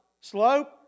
Slope